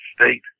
state